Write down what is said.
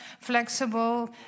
Flexible